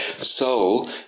soul